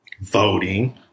voting